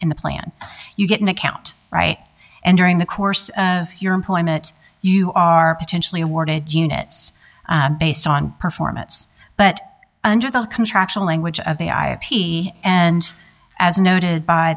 in the plan you get an account right and during the course of your employment you are potentially awarded units based on performance but under the contractual language of the ip and as noted by